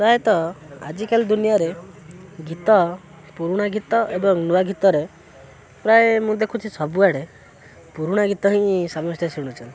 ପ୍ରାୟତଃ ଆଜିକାଲି ଦୁନିଆରେ ଗୀତ ପୁରୁଣା ଗୀତ ଏବଂ ନୂଆ ଗୀତରେ ପ୍ରାୟ ମୁଁ ଦେଖୁଛି ସବୁଆଡ଼େ ପୁରୁଣା ଗୀତ ହିଁ ସମସ୍ତେ ଶୁଣୁଛନ୍ତି